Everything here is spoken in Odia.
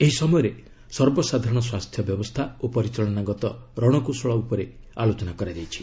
ଏହି ସମୟରେ ସର୍ବସାଧାରଣ ସ୍ୱାସ୍ଥ୍ୟ ବ୍ୟବସ୍ଥା ଓ ପରିଚାଳନାଗତ ରଣକୌଶଳ ଉପରେ ଆଲୋଚନା କରାଯାଇଛି